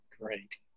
Great